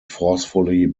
forcefully